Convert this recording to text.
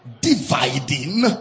dividing